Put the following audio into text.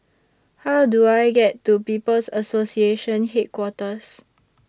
How Do I get to People's Association Headquarters